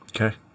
Okay